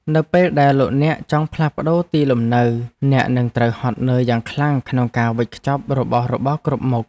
នៅពេលដែលលោកអ្នកចង់ផ្លាស់ប្ដូរទីលំនៅអ្នកនឹងត្រូវហត់នឿយយ៉ាងខ្លាំងក្នុងការវេចខ្ចប់របស់របរគ្រប់មុខ។